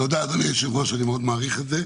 תודה, אדוני היושב-ראש, אני מאוד מעריך את זה.